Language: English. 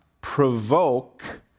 provoke